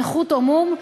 נכות או מום,